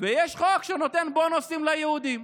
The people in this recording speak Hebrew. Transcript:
ויש חוק שנותן בונוסים ליהודים.